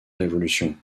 révolution